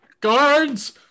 guards